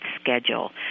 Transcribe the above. schedule